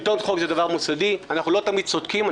שלטון חוק זה דבר מוסדי אנחנו לא תמיד צודקים.